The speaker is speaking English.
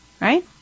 right